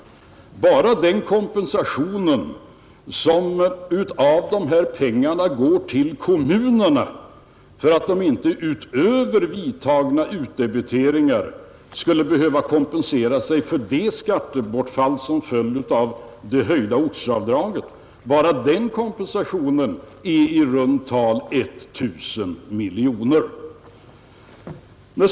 Bara den kompensation som av dessa pengar går till kommunerna för att de inte utöver vidtagna utdebiteringar skulle behöva kompensera sig för det skattebortfall som följer av det höjda ortsavdraget är i runt tal I 000 miljoner kronor.